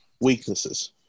weaknesses